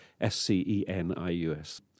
S-C-E-N-I-U-S